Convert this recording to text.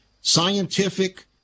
scientific